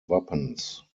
wappens